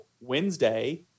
Wednesday